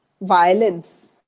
violence